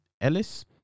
ellis